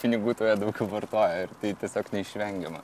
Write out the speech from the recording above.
pinigų tuo jie daugiau vartoja ir tai tiesiog neišvengiama